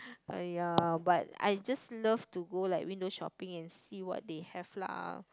!aiya! but I just love to go like window shopping and see what they have lah